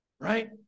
Right